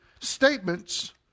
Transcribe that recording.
statements